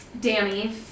Danny